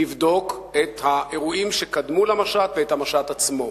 לבדוק את האירועים שקדמו למשט ואת המשט עצמו.